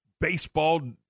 baseball